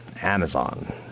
Amazon